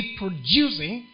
producing